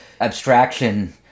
abstraction